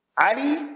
Ali